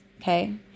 okay